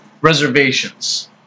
Reservations